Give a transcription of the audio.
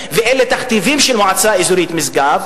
ואז אתה לוקח את התלמידים הטובים ביותר בשני המבחנים.